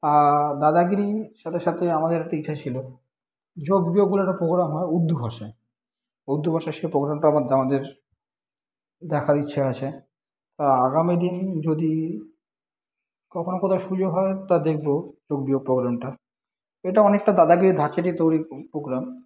আর দাদাগিরির সাথে সাথে আমাদের একটা ইচ্ছা ছিলো যোগ বিয়োগ বলে একটা পোগ্রাম হয় উর্ধু ভাষায় উর্ধু ভাষার সেই পোগ্রামটা আমার দাদের দেখার ইচ্ছা আছে তা আগামী দিন যদি কখনো কোথাও সুযোগ হয় তা দেখবো যোগ বিয়োগ প্রোগ্রামটা ওইটা অনেকটা দাদাগিরির ধাঁচেরই তৈরি পো পোগ্রাম